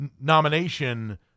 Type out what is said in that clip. nomination